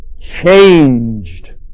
changed